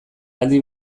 aldi